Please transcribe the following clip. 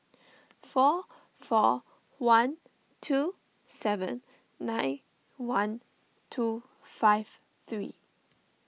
four four one two seven nine one two five three